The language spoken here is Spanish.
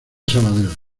sabadell